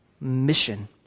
mission